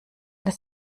das